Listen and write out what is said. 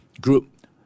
group